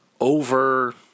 over